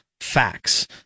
facts